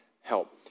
help